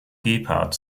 gebhard